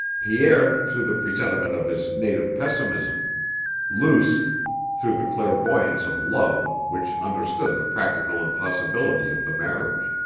pierre through the presentiment of his native pessimism luce through the clairvoyance of love which understood the practical impossibility of the marriage.